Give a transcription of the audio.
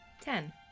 Ten